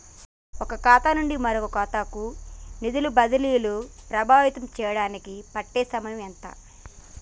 ఒక ఖాతా నుండి మరొక ఖాతా కు నిధులు బదిలీలు ప్రభావితం చేయటానికి పట్టే సమయం ఎంత?